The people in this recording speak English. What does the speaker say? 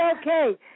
okay